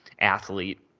athlete